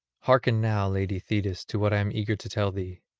hearken now, lady thetis, to what i am eager to tell thee.